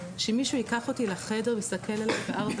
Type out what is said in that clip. שמישהו ייקח אותי לחדר ויסתכל עליי בארבע